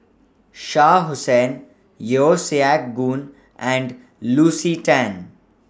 Shah Hussain Yeo Siak Goon and Lucy Tan